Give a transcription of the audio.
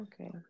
Okay